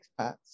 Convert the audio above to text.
expats